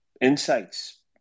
insights